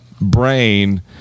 brain